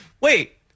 Wait